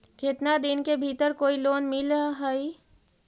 केतना दिन के भीतर कोइ लोन मिल हइ?